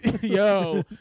Yo